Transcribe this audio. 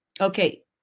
Okay